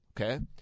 Okay